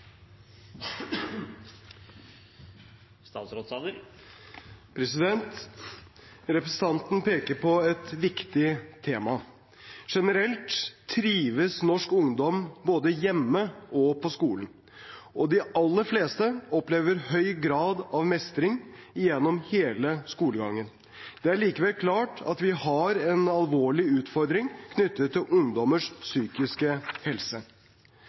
Representanten peker på et viktig tema. Generelt trives norsk ungdom både hjemme og på skolen. De aller fleste opplever høy grad av mestring gjennom hele skolegangen. Det er likevel klart at vi har en alvorlig utfordring knyttet til ungdommers psykiske helse.